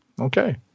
Okay